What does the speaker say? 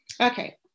Okay